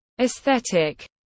Aesthetic